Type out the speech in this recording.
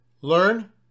learn